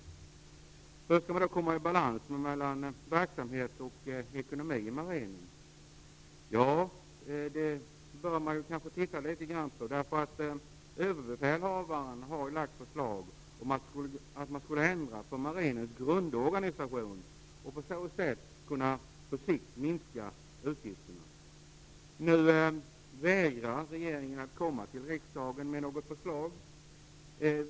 Hur skall man då skapa balans mellan verksamhet och ekonomi i Marinen? Det bör man titta litet grand på. Överbefälhavaren har lagt fram förslag om att man skall ändra på Marinens grundorganisation och på så sätt på sikt kunna minska utgifterna. Regeringen vägrar att komma till riksdagen med något förslag.